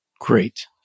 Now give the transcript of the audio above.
Great